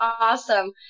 Awesome